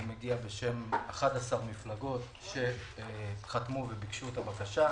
אני מגיע בשם 11 מפלגות שחתמו והגישו את הבקשה.